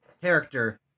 character